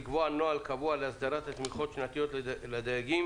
לקבוע נוהל קבוע להסדרת התמיכות השנתיות לדייגים